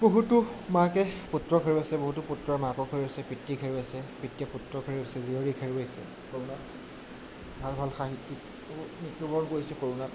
বহুতো মাকে পুত্ৰক হেৰুৱাইছে বহুতো পুত্ৰই মাকক হেৰুৱাইছে পিতৃক হেৰুৱাইছে পিতৃয়ে পুত্ৰক হেৰুৱাইছে জীয়ৰীক হেৰুৱাইছে কৰোণাত ভাল ভাল সাহিত্যিকেও মৃত্যুবৰণ কৰিছে কৰোণাত